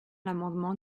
l’amendement